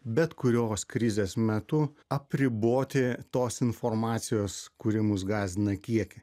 bet kurios krizės metu apriboti tos informacijos kuri mus gąsdina kiekį